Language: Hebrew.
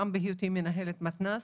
גם בהיותי מנהלת מתנ"ס.